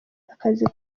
akazi